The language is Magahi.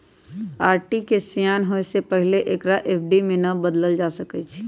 आर.डी के सेयान होय से पहिले एकरा एफ.डी में न बदलल जा सकइ छै